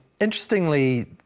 Interestingly